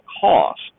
cost